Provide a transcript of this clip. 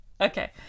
Okay